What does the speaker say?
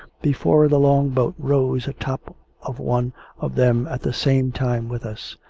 before the long-boat rose a-top of one of them at the same time with us.